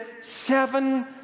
seven